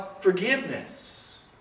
forgiveness